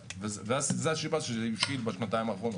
וזו הסיבה שזה הבשיל בשנתיים האחרונות.